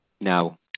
now